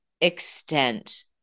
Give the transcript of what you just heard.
extent